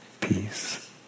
peace